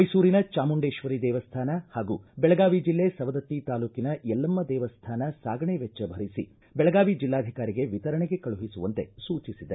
ಮೈಸೂರಿನ ಚಾಮುಂಡೇಶ್ವರಿ ದೇವಸ್ಥಾನ ಹಾಗೂ ಬೆಳಗಾವಿ ಜಿಲ್ಲೆ ಸವದತ್ತಿ ತಾಲೂಕಿನ ಎಲ್ಲಮ್ಮ ದೇವಸ್ಥಾನ ಸಾಗಣೆ ವೆಚ್ಚ ಭರಿಸಿ ಬೆಳಗಾವಿ ಜಿಲ್ಲಾಧಿಕಾರಿಗೆ ವಿತರಣೆಗೆ ಕಳುಹಿಸುವಂತೆ ಸೂಚಿಸಿದೆ